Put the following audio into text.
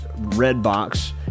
Redbox